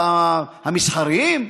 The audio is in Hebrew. המסחריים?